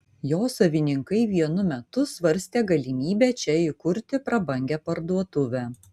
jo savininkai vienu metu svarstė galimybę čia įkurti prabangią parduotuvę